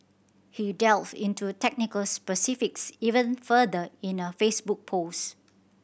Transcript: he delved into technical specifics even further in a Facebook post